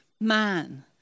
man